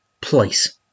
place